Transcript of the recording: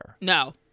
No